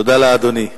תודה לאדוני.